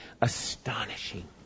astonishing